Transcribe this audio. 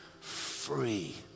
free